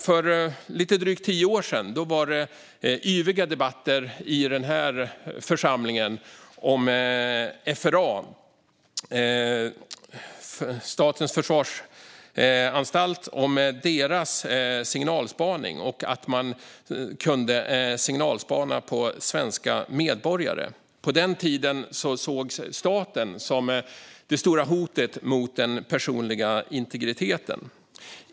För lite drygt tio år sedan var det yviga debatter i den här församlingen om FRA, Försvarets radioanstalt, och deras signalspaning, att man kunde signalspana på svenska medborgare. På den tiden sågs staten som det stora hotet mot den personliga integriteten.